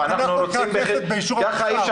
אנחנו רוצים --- בסדר,